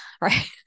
right